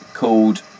Called